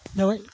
जाबाय